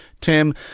Tim